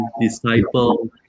disciple